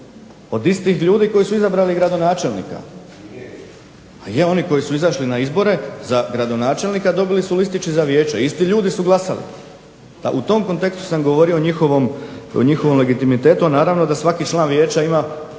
od istih ljudi koji su izabrali gradonačelnika. Ma je, oni koji su izašli na izbore za gradonačelnika dobili su listiće za vijeće. Isti ljudi su glasali. Pa u tom kontekstu sam govorio o njihovom legitimitetu, a naravno da svaki član vijeća ima